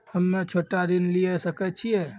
हम्मे छोटा ऋण लिये सकय छियै?